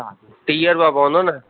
हा टीह रुपया पवंदो न